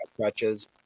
crutches